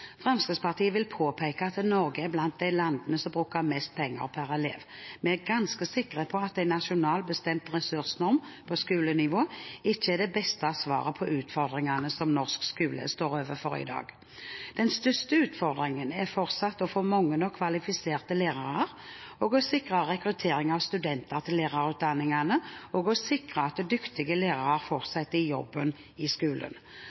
Fremskrittspartiet vil påpeke at Norge er blant de landene som bruker mest penger per elev. Vi er ganske sikre på at en nasjonalt bestemt ressursnorm på skolenivå ikke er det beste svaret på de utfordringene som norsk skole står overfor i dag. Den største utfordringen er fortsatt å få mange nok kvalifiserte lærere, å sikre rekruttering av studenter til lærerutdanningen og å sikre at dyktige lærere fortsetter å jobbe i skolen.